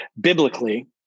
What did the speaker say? biblically